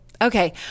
Okay